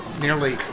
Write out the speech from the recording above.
nearly